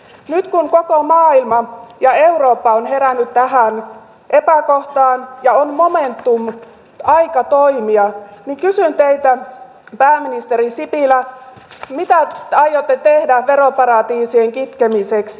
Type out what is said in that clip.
nyt kun koko maailma ja eurooppa on herännyt tähän epäkohtaan ja on momentum aika toimia niin kysyn teiltä pääministeri sipilä mitä aiotte tehdä veroparatiisien kitkemiseksi